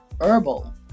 herbal